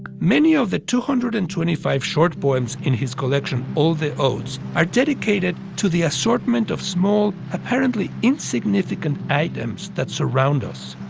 many of the two hundred and twenty five short poems in his collection all the odes are dedicated to the assortment of small, apparently insignificant items that surround us,